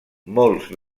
molts